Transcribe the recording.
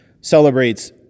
celebrates